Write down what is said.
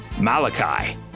Malachi